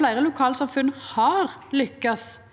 Fleire lokalsamfunn har lykkast